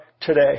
today